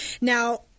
Now